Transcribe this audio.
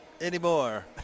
anymore